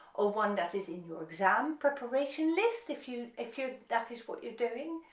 or one that is in your exam preparation list if you if you that is what you're doing,